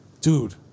Dude